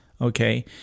okay